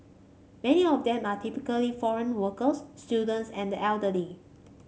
many of them are typically foreign workers students and the elderly